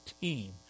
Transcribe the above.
team